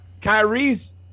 Kyrie's